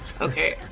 Okay